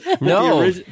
No